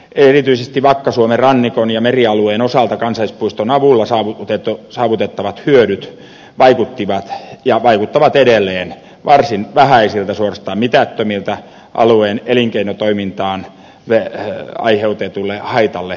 erityisesti vakka suomen rannikon ja merialueen osalta kansallispuiston avulla saavutettavat hyödyt vaikuttivat ja vaikuttavat edelleen varsin vähäisiltä suorastaan mitättömiltä alueen elinkeinotoimintaan aiheutettuun haittaan verrattuna